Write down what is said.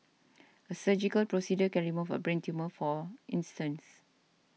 a surgical procedure can remove a brain tumour for instance